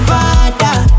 Father